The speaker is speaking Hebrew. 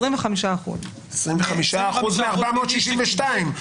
25% מ-462,000.